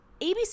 ABC